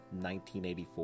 1984